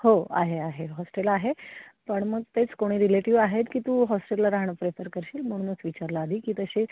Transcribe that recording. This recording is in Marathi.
हो आहे आहे हॉस्टेल आहे पण मग तेच कोणी रिलेटिव आहेत की तू हॉस्टेलला राहणं प्रेफर करशील म्हणूनच विचारला आधी की तशी